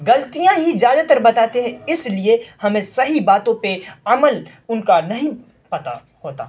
غلطیاں ہی زیادہ تر بتاتے ہیں اس لیے ہمیں صحیح باتوں پہ عمل ان کا نہیں پتہ ہوتا